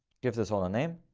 gives this all a name